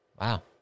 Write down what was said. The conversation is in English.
Wow